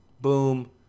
boom